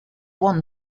won